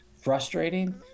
Frustrating